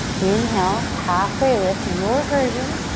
inhale, halfway lift to your version.